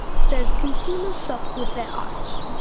says, consumers shop with their eyes.